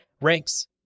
ranks